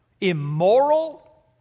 immoral